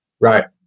Right